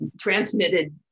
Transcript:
transmitted